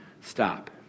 stop